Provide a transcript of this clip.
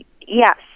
Yes